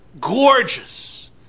gorgeous